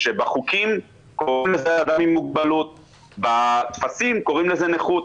בחוקים אלה אנשים עם מוגבלות ובטפסים קוראים לזה נכות,